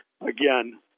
again